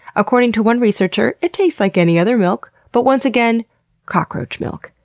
according to one researcher, it tastes like any other milk. but once again cockroach milk.